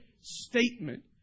Statement